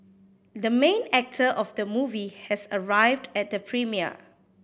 the main actor of the movie has arrived at the premiere